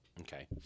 Okay